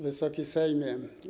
Wysoki Sejmie!